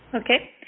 Okay